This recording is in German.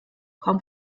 kaum